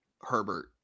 Herbert